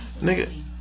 Nigga